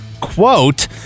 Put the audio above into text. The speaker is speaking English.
Quote